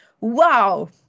wow